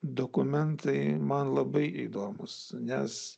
dokumentai man labai įdomūs nes